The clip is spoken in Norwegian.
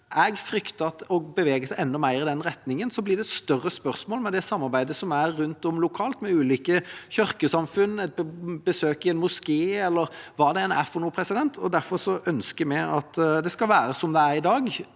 Jeg frykter at ved å bevege seg enda mer i den retningen blir det større spørsmål ved det samarbeidet som er rundt om lokalt, med ulike kirkesamfunn, med besøk i en moské, eller hva det enn måtte være. Derfor ønsker vi at det skal være som det er i dag.